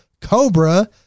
Cobra